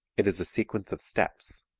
it is a sequence of steps.